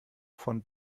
von